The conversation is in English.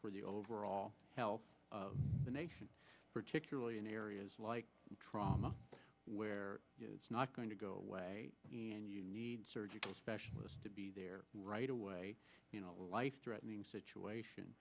for the overall health of the nation particularly in areas like trauma where it's not going to go away and you need surgical specialists to be there right away you know a life threatening situation